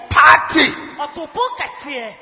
party